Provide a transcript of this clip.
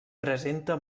presenta